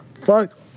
Fuck